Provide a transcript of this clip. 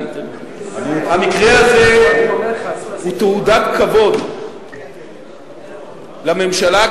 המקרה הזה הוא תעודת כבוד לממשלה,